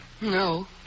No